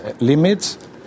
limits